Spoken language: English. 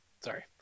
sorry